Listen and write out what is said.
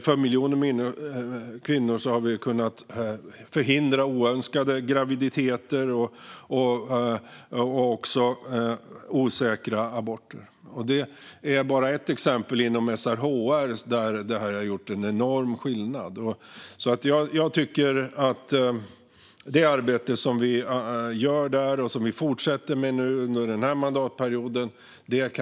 För miljoner kvinnor har vi kunnat förhindra oönskade graviditeter och osäkra aborter. Det är bara ett exempel inom SRHR där detta har gjort en enorm skillnad. Jag tycker vi alla kan vara stolta över att det arbete som vi gör och som vi fortsätter med under denna mandatperiod.